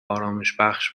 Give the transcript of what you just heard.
آرامشبخش